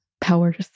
powers